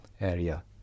area